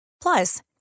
Plus